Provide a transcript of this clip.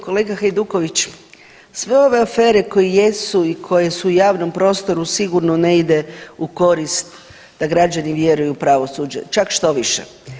Kolega Hajduković sve ove afere koje jesu i koje su u javnom prostoru sigurno ne ide u korist da građani vjeruju u pravosuđe, čak štoviše.